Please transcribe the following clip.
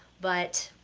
but